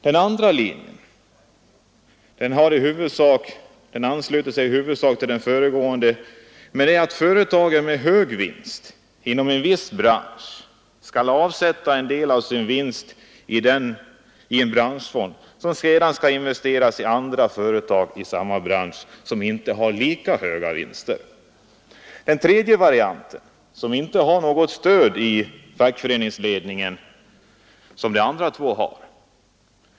Den andra linjen ansluter sig i huvudsak till den föregående. Den innebär att företag med hög vinst skall avsätta en del av vinsten i en branschfond, som sedan skall användas för investeringar i andra företag i samma bransch, vilka inte har lika höga vinster. Den tredje varianten har inte något stöd inom fackföreningsledningen, vilket de två andra har.